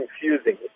confusing